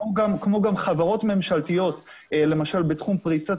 כמו גם חברות ממשלתיות למשל בתחום פריצת